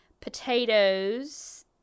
potatoes